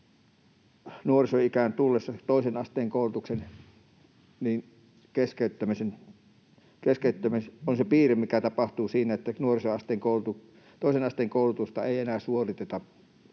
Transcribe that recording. nuorisoikään tullessa. Toisen asteen koulutuksen keskeyttäminen on se piirre, mikä tapahtuu — toisen asteen koulutusta ei enää suoriteta